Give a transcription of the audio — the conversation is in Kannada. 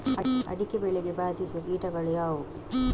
ಅಡಿಕೆ ಬೆಳೆಗೆ ಬಾಧಿಸುವ ಕೀಟಗಳು ಯಾವುವು?